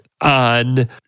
on